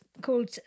called